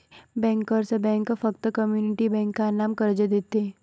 bankers bank फक्त community बँकांना कर्ज देते